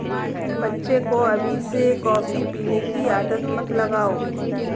बच्चे को अभी से कॉफी पीने की आदत मत लगाओ